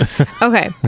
Okay